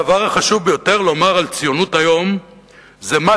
הדבר החשוב ביותר לומר על ציונות היום זה מה